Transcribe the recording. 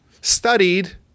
studied